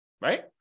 Right